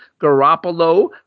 Garoppolo